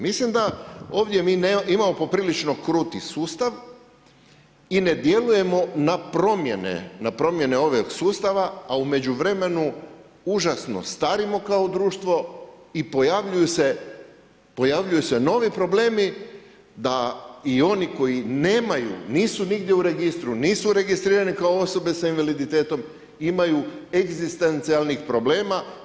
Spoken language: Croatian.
Mislim da ovdje mi imamo poprilično kruti sustav i ne djelujemo na promjene, na promjene ovog sustava, a u međuvremenu užasno starimo kao društvo i pojavljuju se novi problemi da i oni koji nemaju, nisu nigdje u registru, nisu registrirani kao osobe s invaliditetom imaju egzistencijalnih problema.